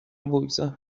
بگذار